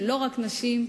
ולא רק נשים,